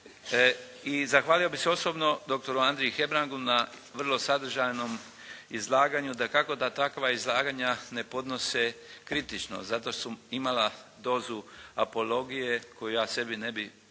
I zahvalio bih se osobno dr. Andriji Hebrangu na vrlo sadržajnom izlaganju, dakako da takva izlaganja ne podnose kritičnost, zato su imala dozu apologije koju ja ne bih